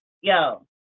yo